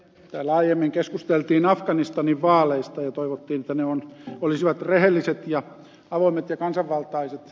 täällä aiemmin keskusteltiin afganistanin vaaleista ja toivottiin että ne olisivat rehelliset ja avoimet ja kansanvaltaiset